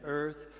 earth